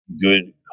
good